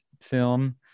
film